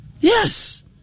Yes